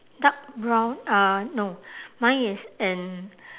dark brown uh no mine is in